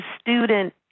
student